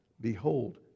Behold